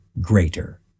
greater